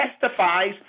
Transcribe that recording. testifies